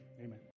Amen